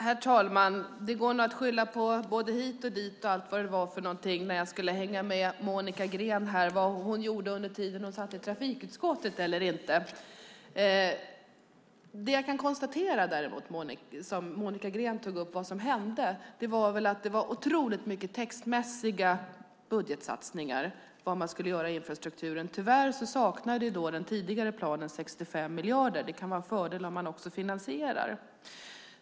Herr talman! Det var svårt att hänga med i vad Monica Green gjorde eller inte gjorde när hon satt i trafikutskottet. Det var dock otroligt mycket textmässiga budgetsatsningar på vad man skulle göra i infrastrukturen. Tyvärr saknade den tidigare planen 65 miljarder. Det kan vara en fördel om man också finansierar.